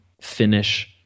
finish